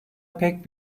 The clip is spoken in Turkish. pek